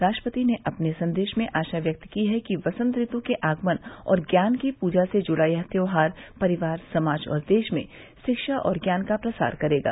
राष्ट्रपति ने अपने संदेश में आशा व्यक्त की है कि यसंत ऋतु के आगमन और ज्ञान की पूजा से जुड़ा यह त्योहार परिवार समाज और देश में शिक्षा और ज्ञान का प्रसार करेगा